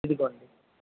ఇదిగో అండి